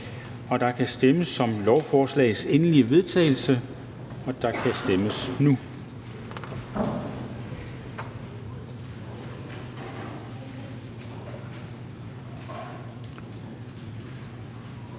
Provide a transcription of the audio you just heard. Der stemmes om forslagets endelige vedtagelse, og der kan stemmes.